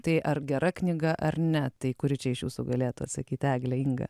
tai ar gera knyga ar ne tai kuri čia iš jūsų galėtų atsakyti egle inga